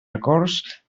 acords